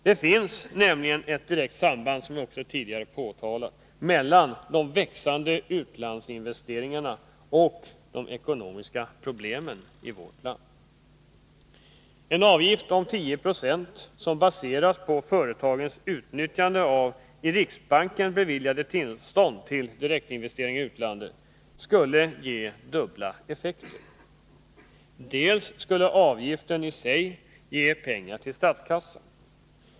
Det finns nämligen ett direkt samband, som vi också tidigare påtalat, mellan de växande utlandsinvesteringarna och de ekonomiska problemen i vårt land. En avgift på 10 26, som baseras på företagens utnyttjande av i riksbanken beviljade tillstånd till direktinvesteringar i utlandet, skulle ge dubbla effekter. Dels skulle avgiften i sig ge pengar till statskassan.